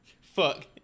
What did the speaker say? fuck